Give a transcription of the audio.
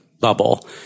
bubble